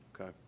Okay